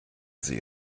sie